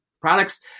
products –